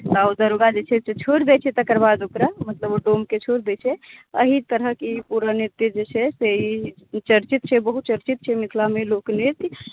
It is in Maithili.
आओर दरोगा जे छै छोड़ि दैत छै तकर बाद ओकरा मतलब ओ डोमके छोड़ि दैत छै एही तरहक ई पूरा नृत्य जे छै से ई चर्चित छै बहुचर्चित छै मिथिलामे लोकनृत्य